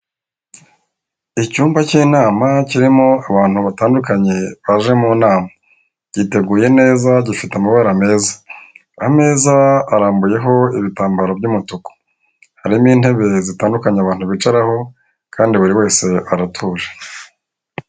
Icyumba cy'inama kirimo abantu batandukanye baje mu nama. Giteguye neza dufite amabara meza. Ameza arambuyeho ibitambaro by'umutuku, harimo intebe zitandukanye abantu bicaraho, kandi buri wese aratuje.